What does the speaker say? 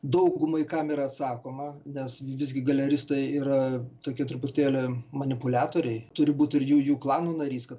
daugumai kam yra atsakoma nes visgi galeristai yra tokie truputėlį manipuliatoriai turi būt ir jų jų klano narys kad